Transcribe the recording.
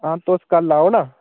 हां तुस कल आओ ना